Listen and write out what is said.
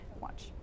Watch